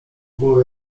było